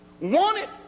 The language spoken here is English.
wanted